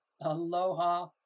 aloha